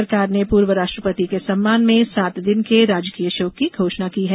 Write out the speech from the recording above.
सरकार ने पूर्व राष्ट्रपति के सम्मान में सात दिन के राजकीय शोक की घोषणा की है